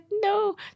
no